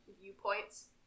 viewpoints